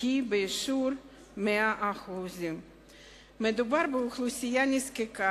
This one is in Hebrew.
היא בשיעור 100%. מדובר באוכלוסייה נזקקת